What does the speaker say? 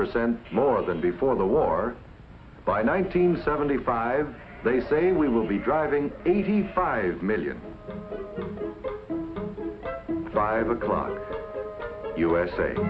percent more than before the war by nineteen seventy five they say we will be driving eighty five million five o'clock u